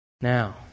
Now